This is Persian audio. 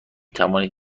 توانید